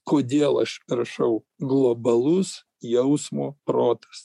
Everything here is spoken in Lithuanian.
kodėl aš rašau globalus jausmo protas